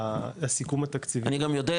הסיכום התקציבי --- אני גם יודע,